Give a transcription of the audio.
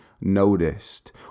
noticed